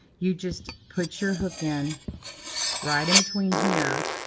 you just put your hook in right in between here.